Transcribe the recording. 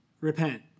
repent